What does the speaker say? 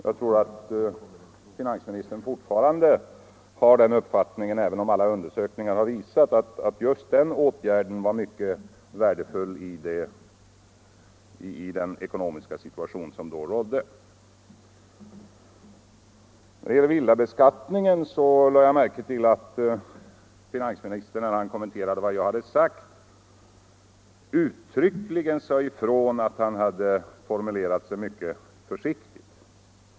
Jag tror att finansministern fortfarande har den uppfattningen även om alla undersökningar har visat att just den åtgärden var mycket värdefull i den ekonomiska situation som då rådde. När det gäller villabeskattningen lade jag märke till att finansministern, då han kommenterade vad jag hade sagt, uttryckligen framhöll att han hade formulerat sig mycket försiktigt.